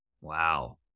wow